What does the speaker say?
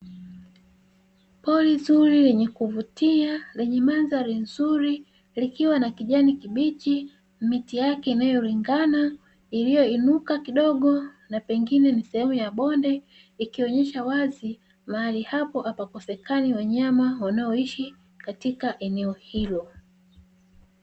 Pori zuri lenye kuvutia, lenye mandhari nzuri likiwa na kijani kibichi. Miti yake inayoringana iliyo inuka kidogo, na pengine ni sehemu ya bonde. Ikionesha wazi mahali hapo hapakosekani wanyama, wanaoishi katika eneo hilo.